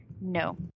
No